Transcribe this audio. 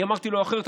אני אמרתי לו אחרת,